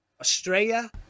Australia